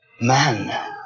man